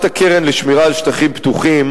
הקמת הקרן לשמירה על שטחים פתוחים,